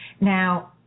now